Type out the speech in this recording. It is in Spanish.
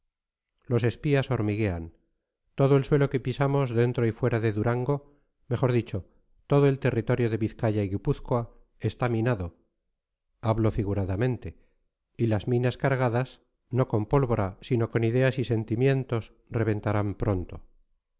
los espías hormiguean todo el suelo que pisamos dentro y fuera de durango mejor dicho todo el territorio de vizcaya y guipúzcoa está minado hablo figuradamente y las minas cargadas no con pólvora sino con ideas y sentimientos reventarán pronto